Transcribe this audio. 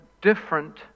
different